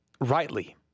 rightly